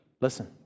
Listen